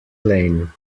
plain